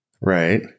Right